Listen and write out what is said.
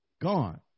Gone